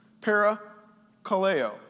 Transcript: parakaleo